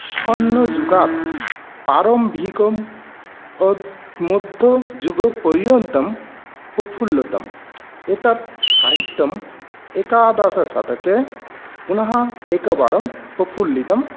शन्नयुगात् प्रारम्भिकं मध्ययुगपर्यन्तं प्रफुल्लतम् एतत् साहित्यम् एकादशशतके पुनः एकवारं प्रफुल्लितम्